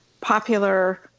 popular